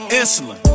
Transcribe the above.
insulin